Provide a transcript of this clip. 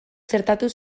txertatu